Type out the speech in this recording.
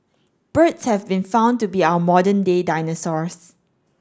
birds have been found to be our modern day dinosaurs